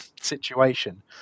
situation